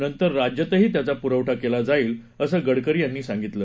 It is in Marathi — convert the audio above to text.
नंतर राज्यातही त्याचा पुरवठा केला जाईल असं गडकरी यांनी सांगितलं